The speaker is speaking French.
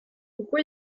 pourquoi